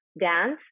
dance